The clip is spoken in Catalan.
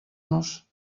nos